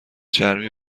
چرمی